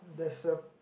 there's a